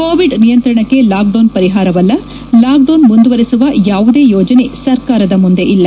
Covid ನಿಯಂತ್ರಣಕ್ಕೆ lockdown ಪರಿಹಾರವಲ್ಲ lockdown ಮುಂದುವರೆಸುವ ಯಾವುದೇ ಯೋಜನೆ ಸರ್ಕಾರದ ಮುಂದೆ ಇಲ್ಲ